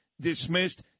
dismissed